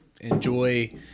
enjoy